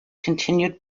continued